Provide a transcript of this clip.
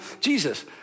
Jesus